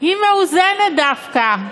היא מאוזנת דווקא.